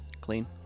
clean